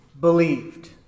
believed